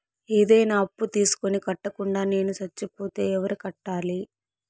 ఏదైనా అప్పు తీసుకొని కట్టకుండా నేను సచ్చిపోతే ఎవరు కట్టాలి?